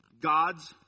God's